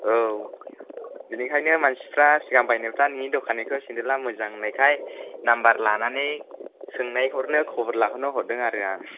औ बेनिखायनो मानसिफ्रा सिगां बायनायफ्रा नोंनि दखाननिखौ सेन्देला मोजां होननायखाय नाम्बार लानानै सोंनायहरनो खबर लाहरनो हरदों जारो आं